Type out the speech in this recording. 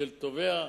של תובע,